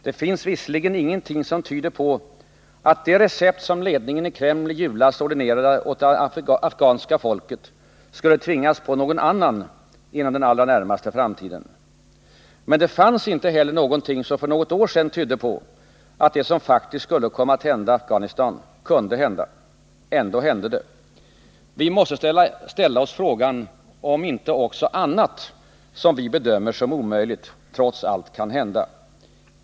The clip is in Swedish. Det finns visserligen ingenting som tyder på att det recept som ledningen i Kreml i julas ordinerade åt det afghanska folket skulle tvingas på någon annan inom den allra närmaste framtiden, men det fanns inte heller någonting som för något år sedan tydde på att det som faktiskt skulle komma att hända Afghanistan kunde hända. Ändå hände det. Vi måste ställa oss frågan om inte också annat som vi bedömer som omöjligt trots allt kan hända.